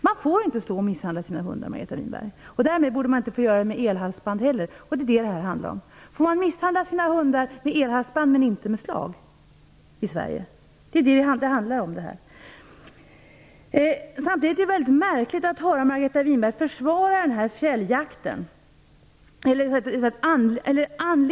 Men med elhalsband går den dressyren fortare.